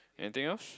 anything else